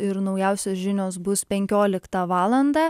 ir naujausios žinios bus penkioliktą valandą